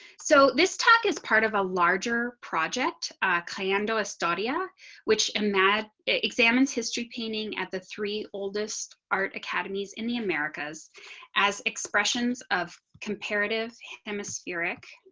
so this talk is part of a larger project kinda and ah sadia which imad examines history painting at the three oldest art academies in the americas as expressions of comparative hemispheric